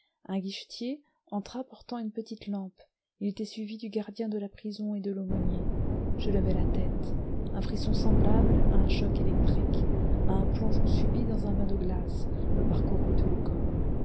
un guichetier entra portant une petite lampe il était suivi du gardien de la prison et de l'aumônier je levai la tête un frisson semblable à un choc électrique à un plongeon subit dans un bain de glace me parcourut tout le corps